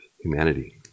humanity